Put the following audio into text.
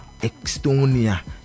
Estonia